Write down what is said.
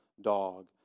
dog